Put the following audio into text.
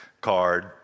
card